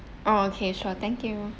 oh okay sure thank you